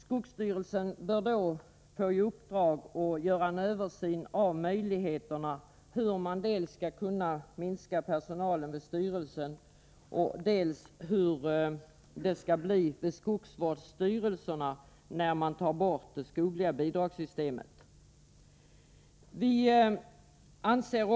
Skogsstyrelsen bör få i uppdrag att snarast göra en översyn av möjligheterna att minska personalen vid styrelsen samt av effekterna för skogsvårdsstyrelserna när det skogliga bidragssystemet tas bort.